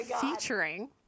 featuring